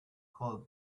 call